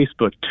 Facebook